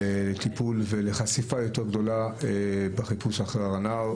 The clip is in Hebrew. לטיפול ולחשיפה יותר גדולה בחיפוש אחרי הנער.